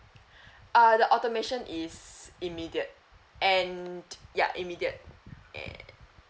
uh the automation is immediate and ya immediate and